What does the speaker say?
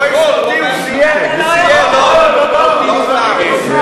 אין לו זכות,